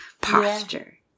posture